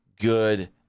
good